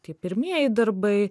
kaip pirmieji darbai